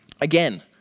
Again